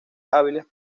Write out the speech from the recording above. hábiles